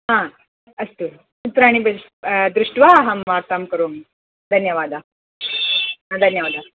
आं अस्तु चित्राणि दृष्ट्वा अहं वार्तां करोमि धन्यवादाः धन्यवादाः